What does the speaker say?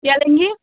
क्या लेंगी